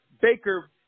Baker